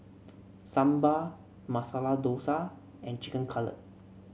Sambar Masala Dosa and Chicken Cutlet